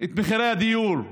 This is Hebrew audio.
את מחירי הדיור.